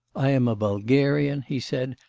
i am a bulgarian, he said,